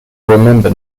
remember